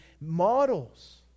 models